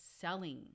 selling